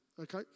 okay